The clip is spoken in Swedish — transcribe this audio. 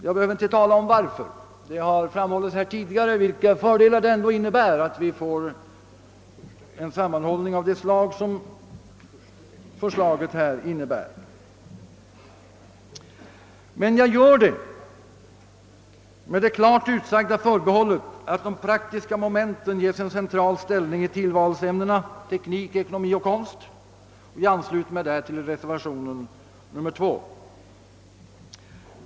Jag behöver inte tala om varför; det har här tidigare framhållits fördelarna av att vi får en sammanhållen skola av det slag förslaget innebär. Men jag godtar förslaget med det klart utsagda förbehållet, att de praktiska momenten ges en central ställning i tillvalsämnena teknik, ekonomi och konst. Jag ansluter mig alltså till reservationen 2 vid statsutskottets utlåtande 179.